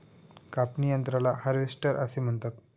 कापणी यंत्राला हार्वेस्टर असे म्हणतात